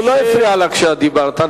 הוא לא הפריע לך כשאת דיברת.